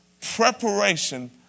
preparation